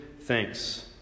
thanks